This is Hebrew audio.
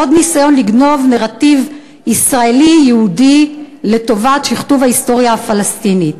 עוד ניסיון לגנוב נרטיב ישראלי יהודי לטובת שכתוב ההיסטוריה הפלסטינית.